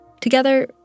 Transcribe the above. Together